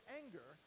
anger